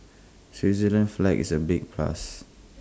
Switzerland's flag is A big plus